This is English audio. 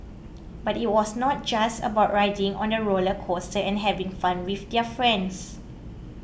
but it was not just about riding on the roller coasters and having fun with their friends